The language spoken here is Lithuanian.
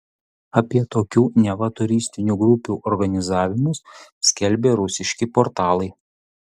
apie tokių neva turistinių grupių organizavimus skelbė rusiški portalai